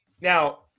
now